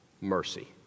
mercy